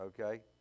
Okay